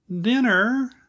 Dinner